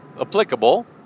applicable